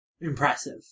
impressive